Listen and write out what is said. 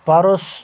پارُس